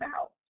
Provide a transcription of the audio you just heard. out